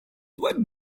what